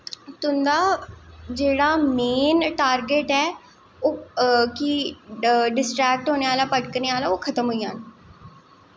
तुं'दा जेह्ड़ा main target ऐ कि डिस्ट्रैक्ट होने आह्ला भड़कने आह्ला ओह् खत्म होई जाना